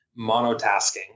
monotasking